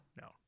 No